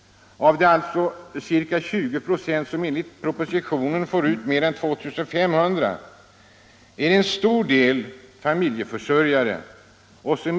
Av de ca 20 96 som enligt propositionen får ut mer än 2 500 kr. är en stor del familjeförsörjare.